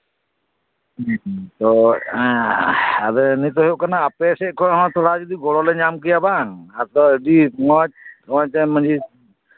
ᱦᱩᱸ ᱛᱚ ᱱᱤᱛ ᱫᱚ ᱦᱩᱭᱩᱜ ᱠᱟᱱᱟ ᱟᱯᱮ ᱥᱮᱱ ᱠᱷᱚᱱ ᱦᱚᱸ ᱛᱷᱚᱲᱟ ᱡᱩᱫᱤ ᱜᱚᱲᱚ ᱞᱮ ᱧᱟᱢ ᱠᱮᱭᱟ ᱵᱟᱝ ᱟᱯᱮ ᱟᱹᱰᱤ ᱢᱚᱸᱡᱽ ᱱᱚᱜᱼᱚᱭ ᱛᱚ ᱢᱟᱺᱡᱷᱤ